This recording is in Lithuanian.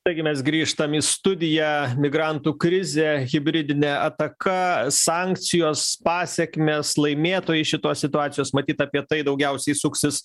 taigi mes grįžtam į studiją migrantų krizė hibridinė ataka sankcijos pasekmės laimėtojai šitos situacijos matyt apie tai daugiausiai suksis